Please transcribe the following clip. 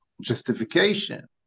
justification